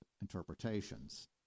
interpretations